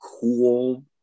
cool